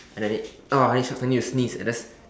and I need oh I need to sh~ I need to sneeze I just